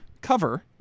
cover